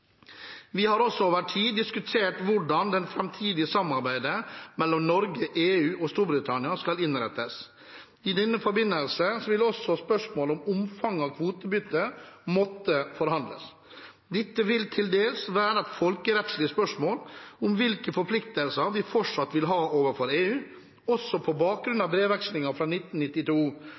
Vi har også over tid diskutert hvordan det framtidige samarbeidet mellom Norge, EU og Storbritannia skal innrettes. I denne forbindelse vil også spørsmålet om omfanget av kvotebytte måtte forhandles. Dette vil til dels være et folkerettslig spørsmål om hvilke forpliktelser vi fortsatt vil ha overfor EU, også på bakgrunn av brevvekslingen fra 1992,